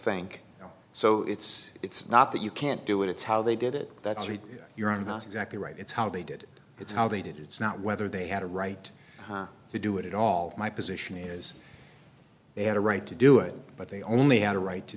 think so it's it's not that you can't do it it's how they did it that's your own not exactly right it's how they did it's how they did it's not whether they had a right to do it at all my position is they had a right to do it but they only had a right to